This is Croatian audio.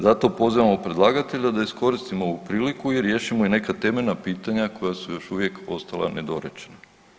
Zato pozivamo predlagatelja da iskoristimo ovu priliku i riješimo i neka temeljna pitanja koja su još uvijek ostala nedorečena.